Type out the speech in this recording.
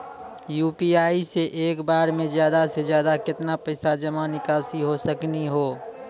UPI से एक बार मे ज्यादा से ज्यादा केतना पैसा जमा निकासी हो सकनी हो?